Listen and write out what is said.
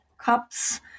cups